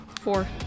Four